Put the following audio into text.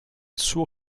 suo